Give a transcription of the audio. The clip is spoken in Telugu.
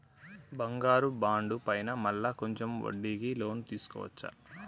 బంగారు బాండు పైన మళ్ళా కొంచెం వడ్డీకి లోన్ తీసుకోవచ్చా?